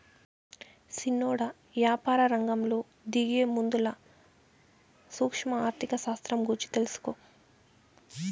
సిన్నోడా, యాపారరంగంలో దిగేముందల సూక్ష్మ ఆర్థిక శాస్త్రం గూర్చి తెలుసుకో